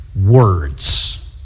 words